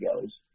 goes